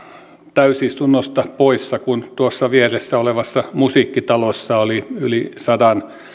täysistunnosta poissa kun tuossa vieressä olevassa musiikkitalossa oli yli sadan